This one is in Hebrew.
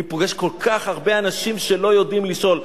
אני פוגש כל כך הרבה אנשים שלא יודעים לשאול,